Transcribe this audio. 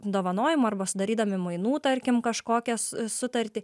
dovanojimu arba sudarydami mainų tarkim kažkokias sutartį